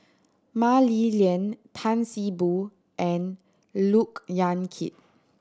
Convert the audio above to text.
Mah Li Lian Tan See Boo and Look Yan Kit